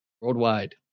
worldwide